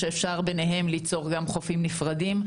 שאפשר ביניהם ליצור גם חופים נפרדים,